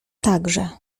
także